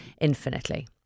infinitely